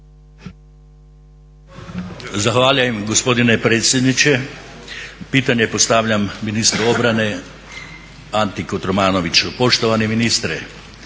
Zahvaljujem gospodine predsjedniče. Pitanje postavljam ministru obrane Anti KOtromanoviću. Poštovani ministre,